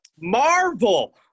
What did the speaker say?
Marvel